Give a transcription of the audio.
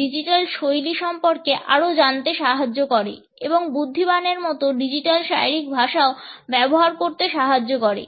digital শৈলী সম্পর্কে আরো জানতে সাহায্য করে এবং বুদ্ধিমানের মতো ডিজিটাল শারীরিক ভাষাও ব্যবহার করতে সাহায্য করে